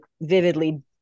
vividly